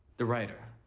the writer.